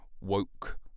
woke